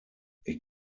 ich